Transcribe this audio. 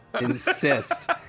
insist